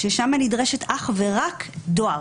שם נדרש אך ורק דואר